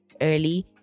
early